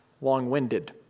long-winded